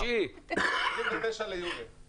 מכסה של יותר מבעל מכסה